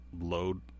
load